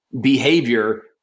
behavior